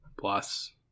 plus